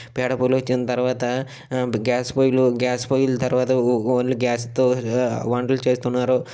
పేడ పొయ్యిలు వచ్చిన తర్వాత గ్యాస్ పొయ్యిలు గ్యాస్ పొయ్యిల తర్వాత ఓ ఓన్లీ గ్యాస్తో వంటలు చేస్తున్నారు